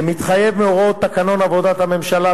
כמתחייב מהוראות תקנון עבודת הממשלה,